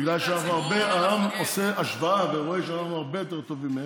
בגלל שהעם עושה השוואה ורואה שאנחנו הרבה יותר טוב מהם.